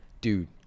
Dude